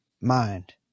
mind